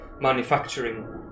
manufacturing